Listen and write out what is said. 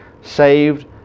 saved